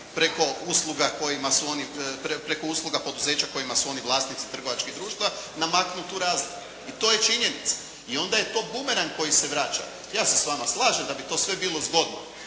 preko usluga poduzeća kojima su oni vlasnici trgovačkih društva namaknuti tu razliku i to je činjenica. I onda je to bumerang koji se vraća. Ja se s vama slažem da bi to sve bilo zgodno,